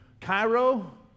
Cairo